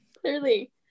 Clearly